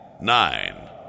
nine